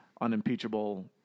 unimpeachable